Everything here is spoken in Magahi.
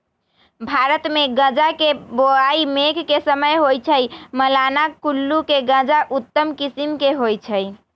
भारतमे गजा के बोआइ मेघ के समय होइ छइ, मलाना कुल्लू के गजा उत्तम किसिम के होइ छइ